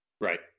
Right